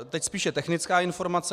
Teď spíše technická informace.